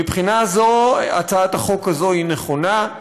מבחינה זו, הצעת החוק הזאת היא נכונה,